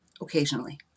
Occasionally